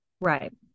Right